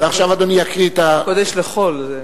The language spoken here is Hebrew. עכשיו אדוני יקריא את, מקודש לחול.